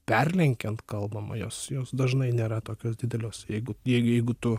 perlenkiant kalbama jos jos dažnai nėra tokios didelios jeigu jei jeigu tu